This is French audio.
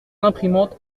imprimante